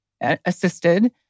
assisted